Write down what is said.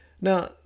Now